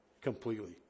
completely